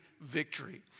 victory